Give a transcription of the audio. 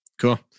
Cool